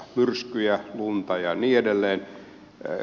myrskyjä lunta ja niin edelleen